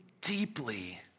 deeply